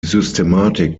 systematik